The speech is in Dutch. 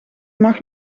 mag